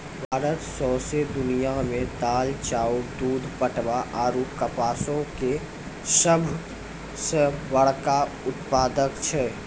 भारत सौंसे दुनिया मे दाल, चाउर, दूध, पटवा आरु कपासो के सभ से बड़का उत्पादक छै